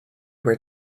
where